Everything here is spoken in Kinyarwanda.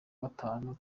gatanu